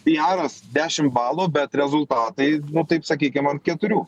piaras dešim balų bet rezultatai nu taip sakykim ant keturių